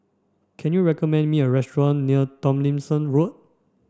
can you recommend me a restaurant near Tomlinson Road